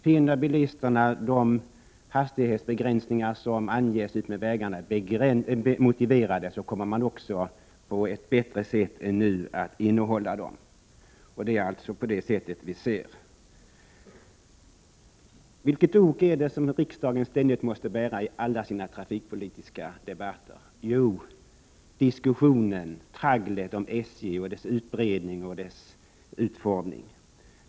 Finner bilisterna de hastighetsbegränsningar som anges utmed vägarna motiverade, kommer de också på ett bättre sätt än nu att hålla dem. Det är på det sättet vi ser på denna fråga. Vilket ok är det som riksdagen ständigt måste bära i alla sina trafikpolitiska debatter? Jo, diskussionen, tragglet om SJ, dess utbredning och dess utformning.